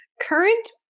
current